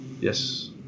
Yes